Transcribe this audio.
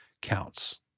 counts